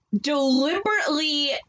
deliberately